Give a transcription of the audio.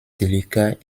délicat